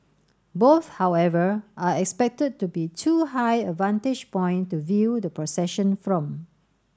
both however are expected to be too high a vantage point to view the procession from